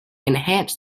enhance